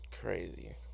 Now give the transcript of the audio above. Crazy